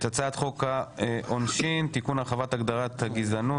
2. הצעת חוק העונשין (תיקון - הרחבת הגדרת הגזענות),